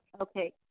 Okay